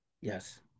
Yes